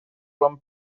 from